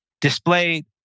displayed